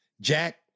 Jack